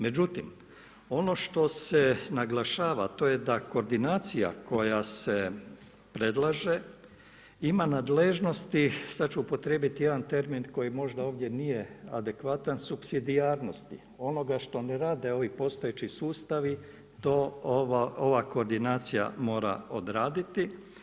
Međutim, ono što se naglašava a to je da koordinacija koja se predlaže ima nadležnosti, sada ću upotrijebiti jedan termin koji možda ovdje nije adekvatan, supsidijarnosti, onoga što ne rade ovi postojeći sustavi to ova koordinacija mora odraditi.